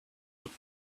look